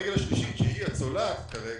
והרגל השלישית, שהיא הצולעת כרגע,